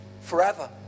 forever